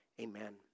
amen